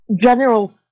general